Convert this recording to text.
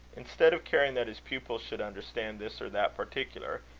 instead of caring that his pupil should understand this or that particular,